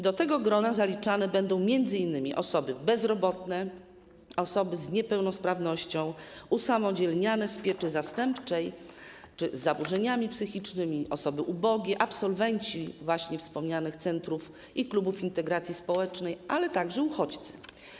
Do tego grona zaliczane będą m.in. osoby bezrobotne, osoby z niepełnosprawnością, usamodzielniane z pieczy zastępczej czy z zaburzeniami psychicznymi, osoby ubogie, absolwenci wspomnianych centrów i klubów integracji społecznej, ale także uchodźcy.